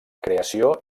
creació